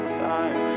time